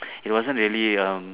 it wasn't really um